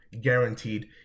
guaranteed